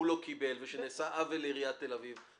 הוא לא קיבל ונעשה עוול לעיריית תל אביב.